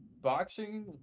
boxing